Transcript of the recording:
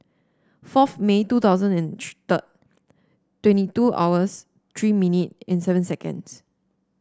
fourth May two thousand and three twenty two hours three minute and seven seconds